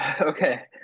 Okay